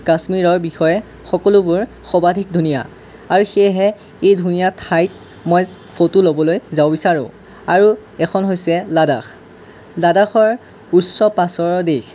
কাশ্মীৰৰ বিষয়ে সকলোবোৰ সৰ্বাধিক ধুনীয়া আৰু সেয়েহে এই ধুনীয়া ঠাইত মই ফটো ল'বলৈ যাব বিচাৰোঁ আৰু এখন হৈছে লাডাখ লাডাখৰ উচ্চ দেশ